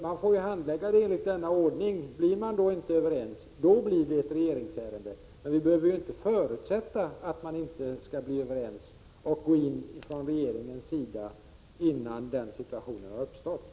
Man får följa denna ordning, och blir man inte överens blir det ett regeringsärende. Men vi behöver inte från regeringens sida förutsätta att man inte skall bli överens, och träda in innan den situationen har uppstått.